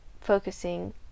focusing